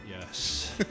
Yes